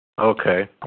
Okay